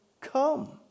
come